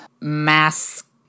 mask